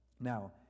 Now